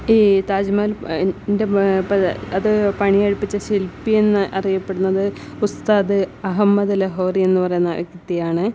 ഈ താജ്മഹൽ അത് പണി കഴിപ്പിച്ച ശിൽപ്പി എന്നറിയപെടുന്നത് ഉസ്താത് അഹമ്മദ് ലഹോറി എന്ന് പറയുന്ന വ്യക്തിയാണ്